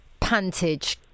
pantage